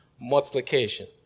multiplication